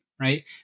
right